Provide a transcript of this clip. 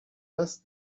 best